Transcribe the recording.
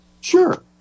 Sure